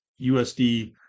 USD